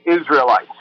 Israelites